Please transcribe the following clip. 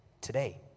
today